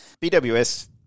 BWS